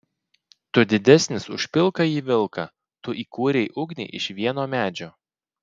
tu didesnis už pilkąjį vilką tu įkūrei ugnį iš vieno medžio